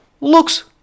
looks